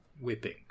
whipping